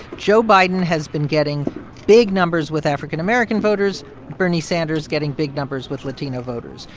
joe biden has been getting big numbers with african american voters, bernie sanders getting big numbers with latino voters.